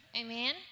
amen